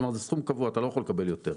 כלומר, זה סכום קבוע, אתה לא יכול לקבל יותר.